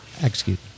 execute